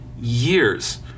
years